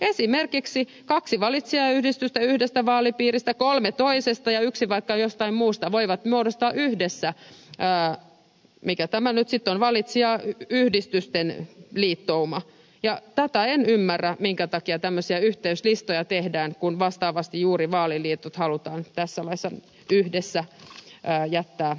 esimerkiksi kaksi valitsijayhdistystä yhdestä vaalipiiristä kolme toisesta ja yksi vaikka jostain muusta voivat muodostaa yhdessä mikä tämä nyt sitten on valitsijayhdistysten liittouman ja tätä en ymmärrä minkä takia tämmöisiä yhteislistoja tehdään kun vastaavasti juuri vaaliliitot halutaan tässä vaiheessa yhdessä rajan taa